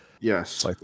Yes